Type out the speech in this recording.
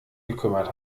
gekümmert